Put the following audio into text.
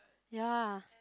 ya